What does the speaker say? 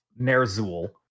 Nerzul